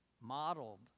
modeled